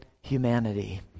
humanity